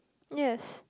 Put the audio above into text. yes